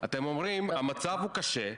אתם אומרים: המצב הוא קשה,